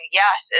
yes